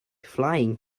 flying